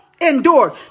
endured